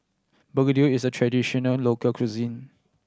begedil is a traditional local cuisine